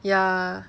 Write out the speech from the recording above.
ya